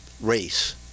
race